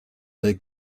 they